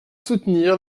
soutenir